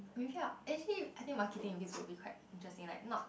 maybe i'll eh actually I think marketing in biz will be quite interesting like not